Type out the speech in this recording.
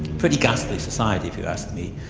pretty ghastly society if you ask me.